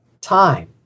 time